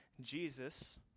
Jesus